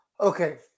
Okay